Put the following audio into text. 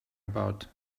about